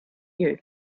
you